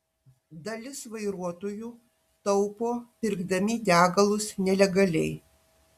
dalis vairuotojų taupo pirkdami degalus nelegaliai